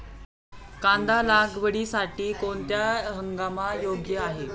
कांदा लागवडीसाठी कोणता हंगाम योग्य आहे?